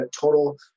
total